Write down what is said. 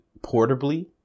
portably